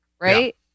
right